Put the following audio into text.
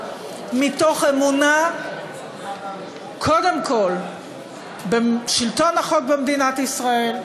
מתוך אמונה קודם כול בשלטון החוק במדינת ישראל,